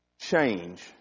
change